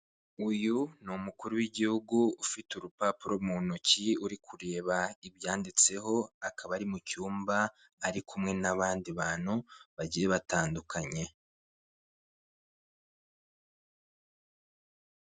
Uyu ni umukuru w'igihugu ufite urupapuro mu ntoki, uri kureba ibyanditseho, akaba ari mu cyumba ari kumwe n'abandi bantu bagiye batandukanye.